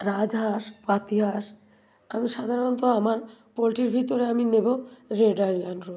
রাজহাঁস পাতিহাঁস আমি সাধারণত আমার পোলট্রির ভিতরে আমি নেবো রেড আইল্যাণ্ড রোড